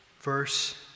verse